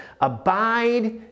abide